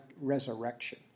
resurrection